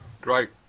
Great